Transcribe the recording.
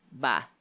Bye